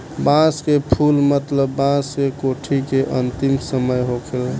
बांस के फुल मतलब बांस के कोठी के अंतिम समय होखेला